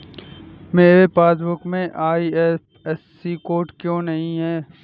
मेरे पासबुक में IFSC code क्यो नहीं है?